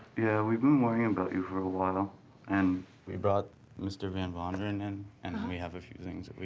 yeah. we've been worrying about you for a while, and we brought mr. van vonderen in, and and um we have a few things that we